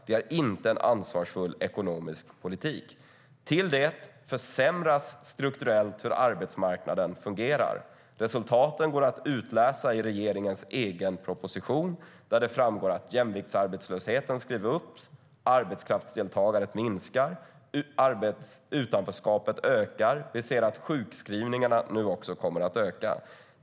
Det är inte en ansvarsfull ekonomisk politik. Till det kommer att det försämras strukturellt i fråga om hur arbetsmarknaden fungerar. Resultaten går att utläsa i regeringens egen proposition, där det framgår att jämviktsarbetslösheten skrivs upp, arbetskraftsdeltagandet minskar och utanförskapet ökar. Vi ser också att sjukskrivningarna kommer att öka.